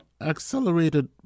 accelerated